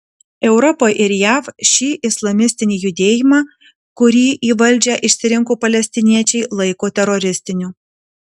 europa ir jav šį islamistinį judėjimą kurį į valdžią išsirinko palestiniečiai laiko teroristiniu